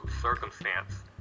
circumstance